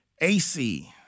AC